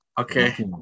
Okay